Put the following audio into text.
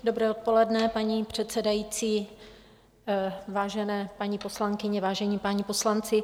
Dobré odpoledne, paní předsedající, vážené paní poslankyně, vážení páni poslanci.